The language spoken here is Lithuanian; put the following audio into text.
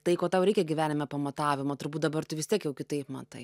tai ko tau reikia gyvenime pamatavimo turbūt dabar tu vis tiek jau kitaip matai